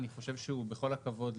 אני חושב שהוא בכל הכבוד,